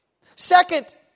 Second